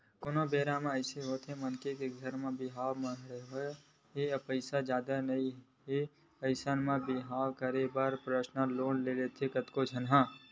कोनो बेरा अइसे होथे मनखे के घर बिहाव माड़हे हे पइसा जादा नइ हे अइसन म बिहाव करे बर परसनल लोन लेथे कतको झन